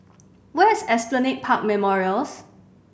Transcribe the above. where is Esplanade Park Memorials